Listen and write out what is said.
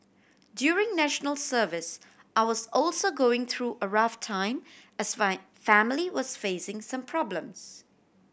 during National Service I was also going through a rough time as my family was facing some problems